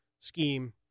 scheme